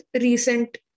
recent